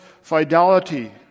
fidelity